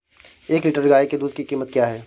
एक लीटर गाय के दूध की कीमत क्या है?